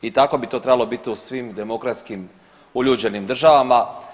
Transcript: I tako bi to trebalo biti u svim demokratskim uljuđenim državama.